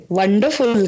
wonderful